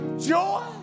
Joy